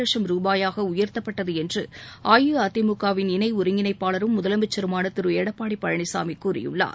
லட்சும் ரூபாயாக உயர்த்தப்பட்டது என்று அஇஅதிமுகவின் இணை ஒருங்கிணைப்பாளரும் முதலமைச்சருமான திரு எடப்பாடி பழனிசாமி கூறியுள்ளார்